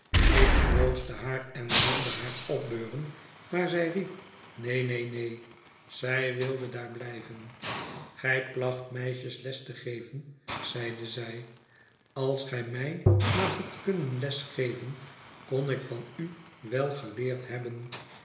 ik troostte haar en wilde haar opbeuren maar zij liep neen neen zij wilde daar blijven gij placht meisjes les te geven zeide zij als gij mij maar hadt kunnen les geven kon ik van u wel geleerd hebben